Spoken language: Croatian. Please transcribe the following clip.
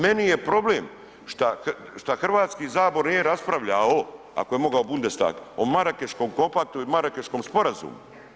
Meni je problem šta, šta HS nije raspravljao ako je mogao Bundestag, o Marakeškom kompaktu i Marakeškom sporazumu.